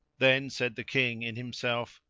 then said the king in himself,